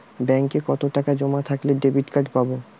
ব্যাঙ্কে কতটাকা জমা থাকলে ডেবিটকার্ড পাব?